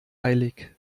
eilig